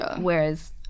whereas